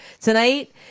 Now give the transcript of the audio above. tonight